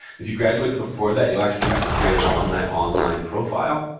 if you graduated before that, you'll actually have to create an alumni online profile.